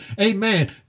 amen